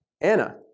Anna